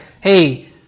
hey